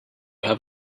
have